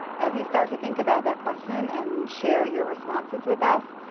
as you start to think about that question and share your responses with us,